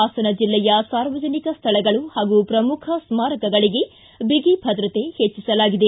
ಹಾಸನ ಜಿಲ್ಲೆಯ ಸಾರ್ವಜನಿಕ ಸ್ಥಳಗಳು ಹಾಗೂ ಪ್ರಮುಖ ಸ್ಮಾರಕಗಳಿಗೆ ಬಿಗಿ ಭದ್ರತೆ ಹೆಚ್ಚಿಸಲಾಗಿದೆ